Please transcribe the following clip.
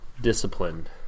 Disciplined